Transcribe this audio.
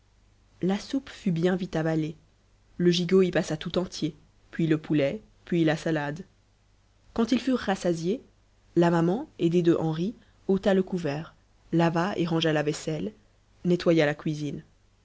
la soupe fut bien vite avalée le gigot y passa tout entier puis le poulet puis la salade quand ils furent rassasiés la maman aidée de henri ôta le couvert lava et rangea la vaisselle nettoya la cuisine